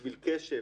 בשביל קשב,